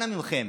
אנא מכם,